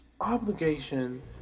obligation